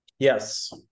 yes